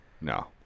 no